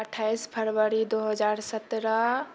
अठाइस फरबरी दो हजार सत्रह